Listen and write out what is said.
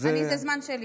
זה הזמן שלי,